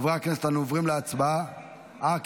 אדוני היושב-ראש, נראה לי שבהצבעה הקודמת